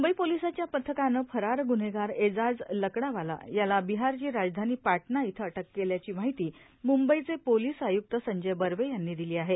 मुंबई पोलिसांच्या एका पथकानं फरार ग्रुन्हेगार एजाज लकडावाला याला बिहारची राजधानी पटणा इथं अटक केली आहे अशी माहिती मुंबईचे पोलीस आयुक्त संजय बर्वे यांनी दिली आहे